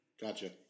Gotcha